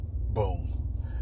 Boom